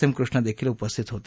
M Krishna हेदेखील उपस्थित होते